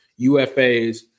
UFAs